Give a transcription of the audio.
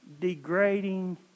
degrading